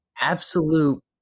absolute